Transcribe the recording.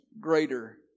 greater